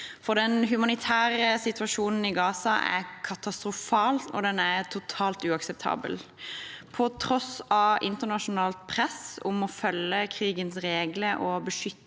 Den humanitære situasjonen i Gaza er katastrofal, og den er totalt uakseptabel. På tross av internasjonalt press om å følge krigens regler og å beskytte